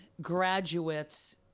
graduates